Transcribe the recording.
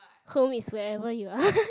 home is wherever you are